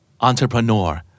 Entrepreneur